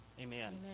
Amen